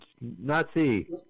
Nazi